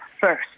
first